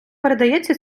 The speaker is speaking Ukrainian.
передається